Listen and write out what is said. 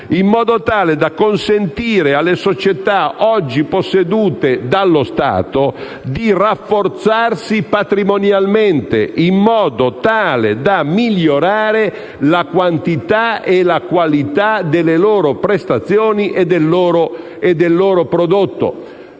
in passato - da consentire alle società oggi possedute dallo Stato di rafforzarsi patrimonialmente, migliorando così la quantità e la qualità delle loro prestazioni e del loro prodotto.